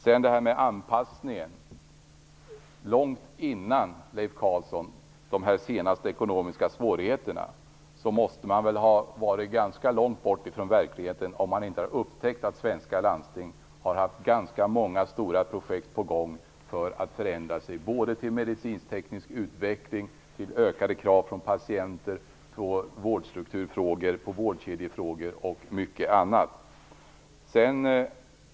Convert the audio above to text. När det sedan gäller detta med anpassningen måste man ha varit ganska långt bort från verkligheten, Leif Carlson, om man inte har upptäckt att svenska landsting innan de ekonomiska svårigheterna har haft många stora projekt på gång för att genomföra förändringar, både ifråga om medicinteknisk utveckling och ifråga om ökade krav från patienter beträffande vårdstrukturfrågor, vårdkedjefrågor och mycket annat.